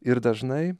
ir dažnai